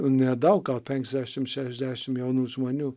nedaug gal penkiasdešim šešiasdešim jaunų žmonių